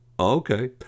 Okay